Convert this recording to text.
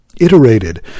Iterated